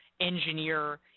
engineer